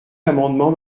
l’amendement